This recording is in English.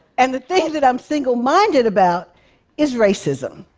and the thing that i'm single-minded about is racism.